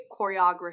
choreography